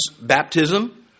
baptism